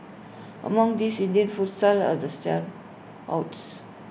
among these Indian food stalls are the standouts